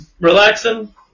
relaxing